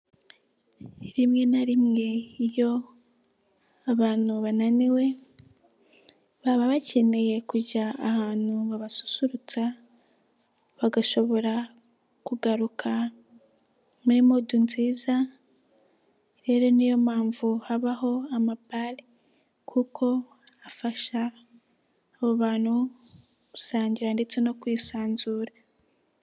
Rimwe na rimwe iyo abantu bananiwe, baba bakeneye kujya ahantu babasusurutsa, bagashobora kugaruka muri mudu nziza, rero niyo mpamvu habaho amabare, kuko afasha abo bantu gusangira ndetse no kwisanzura.